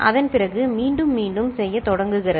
அதன் பிறகு மீண்டும் மீண்டும் செய்யத் தொடங்குகிறது